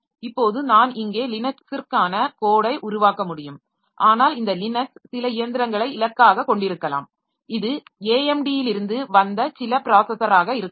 இப்போது நான் இங்கே லினக்ஸிற்கான கோடை உருவாக்க முடியும் ஆனால் இந்த லினக்ஸ் சில இயந்திரங்களை இலக்காகக் கொண்டிருக்கலாம் இது AMD யிலிருந்து வந்த சில ப்ராஸஸராக இருக்கலாம்